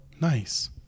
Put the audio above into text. Nice